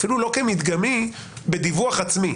אפילו לא כמדגמי בדיווח עצמי,